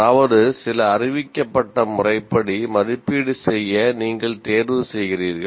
அதாவது சில அறிவிக்கப்பட்ட முறைப்படி மதிப்பீடு செய்ய நீங்கள் தேர்வு செய்கிறீர்கள்